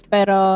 Pero